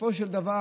בסופו של דבר,